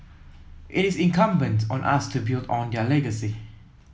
it is incumbent on us to build on their legacy